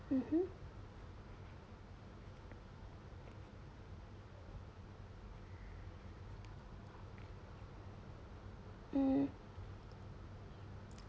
mmhmm mm